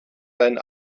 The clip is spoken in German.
deinen